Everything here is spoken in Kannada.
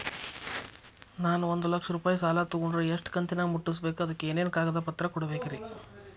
ನಾನು ಒಂದು ಲಕ್ಷ ರೂಪಾಯಿ ಸಾಲಾ ತೊಗಂಡರ ಎಷ್ಟ ಕಂತಿನ್ಯಾಗ ಮುಟ್ಟಸ್ಬೇಕ್, ಅದಕ್ ಏನೇನ್ ಕಾಗದ ಪತ್ರ ಕೊಡಬೇಕ್ರಿ?